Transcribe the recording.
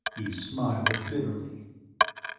he smiled, bitterly.